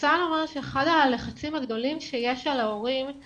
אחד הלחצים הגדולים שיש על ההורים הוא